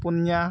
ᱯᱩᱱᱤᱭᱟᱹ